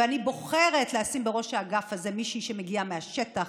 אני בוחרת לשים בראש האגף הזה מישהי שמגיעה מהשטח,